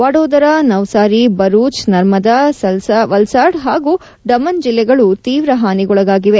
ವಡೋದರಾ ನವ್ಸಾರಿ ಬರೂಜ್ ನರ್ಮದಾ ವಲ್ಸಾಡ್ ಹಾಗೂ ಡಮನ್ ಜಿಲ್ಲೆಗಳು ತೀವ್ರ ಹಾನಿಗೊಳಗಾಗಿವೆ